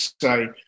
say